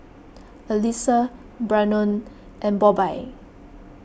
Aliza Brannon and Bobbye